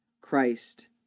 Christ